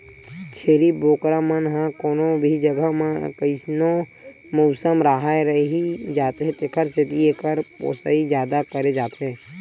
छेरी बोकरा मन ह कोनो भी जघा म कइसनो मउसम राहय रहि जाथे तेखर सेती एकर पोसई जादा करे जाथे